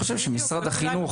משרד החינוך,